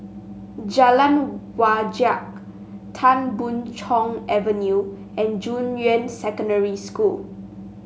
Jalan Wajek Tan Boon Chong Avenue and Junyuan Secondary School